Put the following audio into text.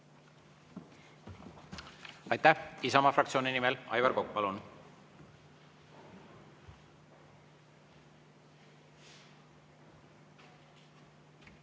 Aitäh! Isamaa fraktsiooni nimel Aivar Kokk, palun!